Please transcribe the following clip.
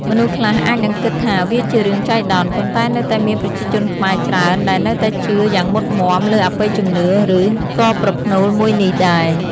មនុស្សខ្លះអាចនឹងគិតថាវាជារឿងចៃដន្យ ប៉ុន្តែនៅតែមានប្រជាជនខ្មែរច្រើនដែលនៅតែជឿយ៉ាងមុតមំាលើអបិយជំនឿ ឬ ក៏ប្រផ្នូលមួយនេះដែរ។